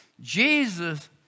Jesus